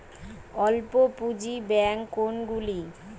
অল্প পুঁজি ব্যাঙ্ক কোনগুলি?